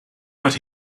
but